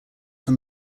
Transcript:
from